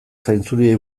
zainzuriei